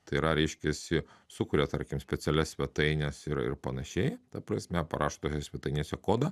tai yra reiškiasi sukuria tarkim specialias svetaines ir ir panašiai ta prasme parašo tose svetainėse kodą